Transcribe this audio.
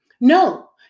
No